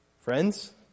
Friends